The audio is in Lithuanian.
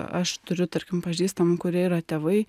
aš turiu tarkim pažįstamų kurie yra tėvai